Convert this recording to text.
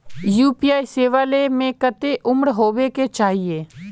UPI सेवा ले में कते उम्र होबे के चाहिए?